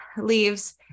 leaves